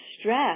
stress